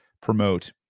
promote